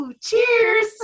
cheers